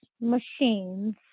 machines